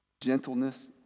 gentleness